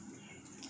ya